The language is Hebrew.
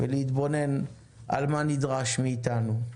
ולהתבונן על מה נדרש מאתנו.